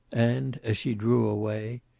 and as she drew away,